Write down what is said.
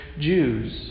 Jews